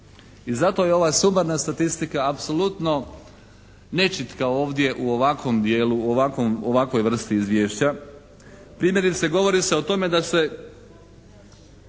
se ne razumije./… statistika apsolutno nečitka ovdje u ovakvom dijelu, u ovakvoj vrsti izvješća. Primjerice govori se o tome da se